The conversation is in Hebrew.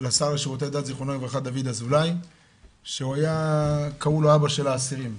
לשר לשירותי דת דוד אזולאי ז"ל שקראו לו האבא של האסירים.